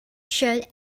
showed